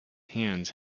hands